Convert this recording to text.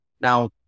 now